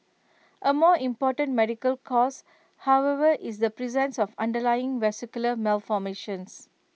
A more important medical cause however is the presence of underlying vascular malformations